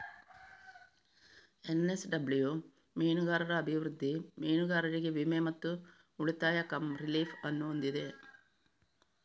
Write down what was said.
NSW ಮೀನುಗಾರರ ಅಭಿವೃದ್ಧಿ, ಮೀನುಗಾರರಿಗೆ ವಿಮೆ ಮತ್ತು ಉಳಿತಾಯ ಕಮ್ ರಿಲೀಫ್ ಅನ್ನು ಹೊಂದಿದೆ